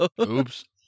Oops